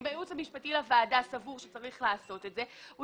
אם הייעוץ המשפטי לוועדה סבור שצריך לעשות את זה הוא